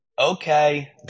Okay